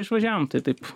išvažiavom tai taip